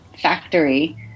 factory